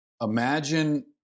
Imagine